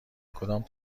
کدام